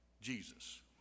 Jesus